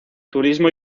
turismo